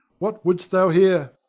what wouldst thou here?